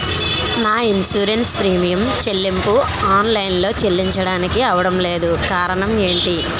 నా insurance premium చెల్లింపు online లో చెల్లించడానికి అవ్వడం లేదు కారణం ఏమిటి?